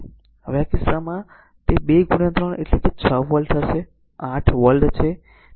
હવે આ કિસ્સામાં અહીં તે 2 3 કે 6 વોલ્ટ હશે હવે આ 8 વોલ્ટ છે